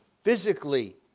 physically